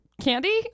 Candy